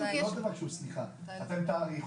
--- אתם תאריכו,